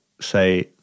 say